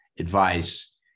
advice